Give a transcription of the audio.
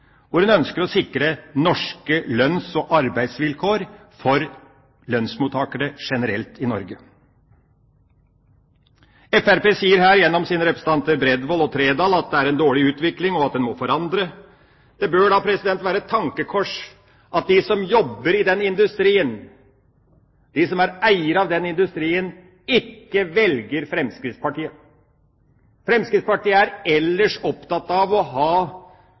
hvor en ønsker å sikre norske lønns- og arbeidsvilkår for lønnsmottakerne generelt i Norge. Fremskrittspartiet sier her gjennom sine representanter Bredvold og Trældal at det er en dårlig utvikling, og at en må forandre. Det bør da være et tankekors at de som jobber i den industrien, de som er eiere av den industrien, ikke velger Fremskrittspartiet. Fremskrittspartiet er ellers opptatt av å ha